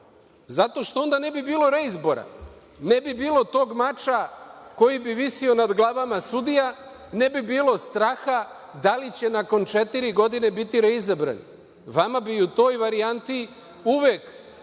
Zato što onda ne bi bilo reizbora. Ne bi bilo tog mača koji bi visio nad glavama sudija, ne bi bilo straha da li će nakon četiri godine biti reizabrani. Vama bi i u toj varijanti uvek